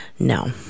No